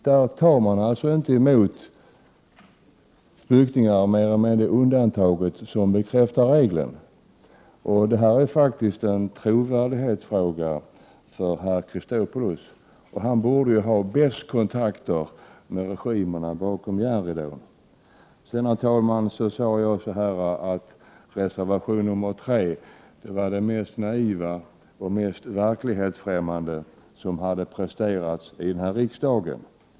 Där tar man alltså inte emot flyktingar annat än i de undantagsfall som bekräftar regeln. Det här är faktiskt en trovärdighetsfråga för herr Chrisopoulos. Han borde ju ha de bästa kontakterna med regimerna bakom järnridån. Sedan sade jag, herr talman, att reservation 3 var det mest naiva och mest verklighetsfrämmande som hade presterats under detta riksmöte.